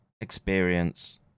experience